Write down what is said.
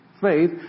faith